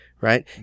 right